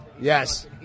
Yes